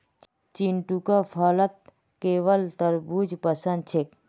चिंटूक फलत केवल तरबू ज पसंद छेक